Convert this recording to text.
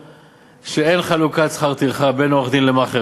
שאין חלוקת שכר טרחה בין עורך-דין למאכער,